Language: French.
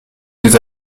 les